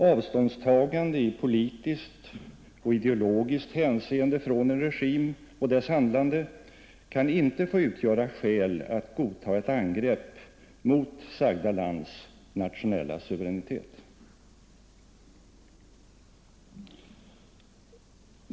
Avståndstagande i politiskt och ideologiskt hänseende från en regim och dess handlande kan inte få utgöra skäl att godta ett angrepp mot sagda lands nationella suveränitet.